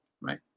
right